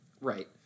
Right